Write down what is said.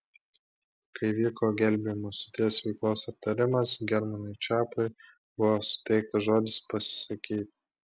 kai vyko gelbėjimo stoties veiklos aptarimas germanui čepui buvo suteiktas žodis pasisakyti